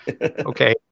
okay